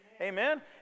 Amen